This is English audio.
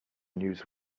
news